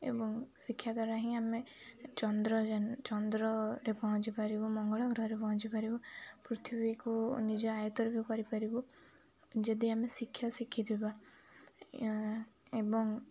ଏବଂ ଶିକ୍ଷା ଦ୍ୱାରା ହିଁ ଆମେ ଚନ୍ଦ୍ରାଯାନ ଚନ୍ଦ୍ରରେ ପହଞ୍ଚିପାରିବୁ ମଙ୍ଗଳ ଗ୍ରହରେ ପହଞ୍ଚିପାରିବୁ ପୃଥିବୀକୁ ନିଜ ଆୟତରେ ବି କରିପାରିବୁ ଯଦି ଆମେ ଶିକ୍ଷା ଶିଖିଥିବା ଏବଂ